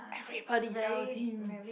everybody loves him